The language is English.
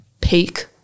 peak